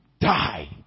die